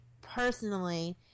personally –